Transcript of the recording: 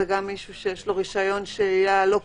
זה גם מישהו שיש לו רשיון שהייה לא קבוע,